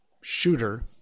shooter